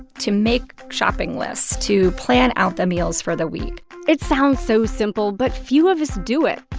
to make shopping lists, to plan out the meals for the week it sounds so simple but few of us do it.